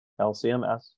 LCMS